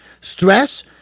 Stress